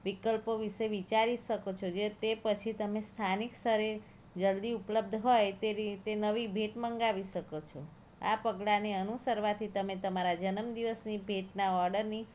વિકલ્પ વિશે વિચારી શકો છો જે તે પછી તમે સ્થાનિક સ્તરે જલ્દી ઉપલબ્ધ હોય તે તે નવી ભેટ મંગાવી શકો છો આ પગલાંને અનુસરવાથી તમે તમારા જન્મ દિવસની ભેટના ઓર્ડરની